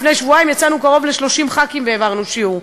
לפני שבועיים יצאנו קרוב ל-30 ח"כים והעברנו שיעור.